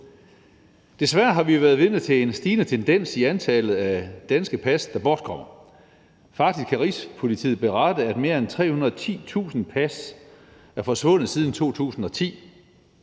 Desværre har vi været vidne til en stigende tendens i antallet af danske pas, der bortkommer. Faktisk kan Rigspolitiet berette, at mere end 310.000 pas er forsvundet siden 2010.